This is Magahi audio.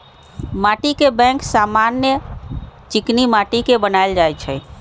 माटीके बैंक समान्य चीकनि माटि के बनायल जाइ छइ